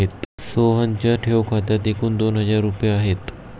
सोहनच्या ठेव खात्यात एकूण दोन हजार रुपये आहेत